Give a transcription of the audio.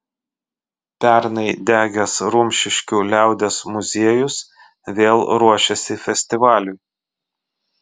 pernai degęs rumšiškių liaudies muziejus vėl ruošiasi festivaliui